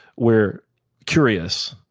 we're curious.